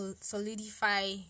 solidify